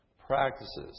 practices